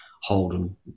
Holden